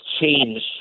change